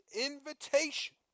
invitation